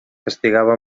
castigava